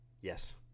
Yes